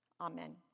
Amen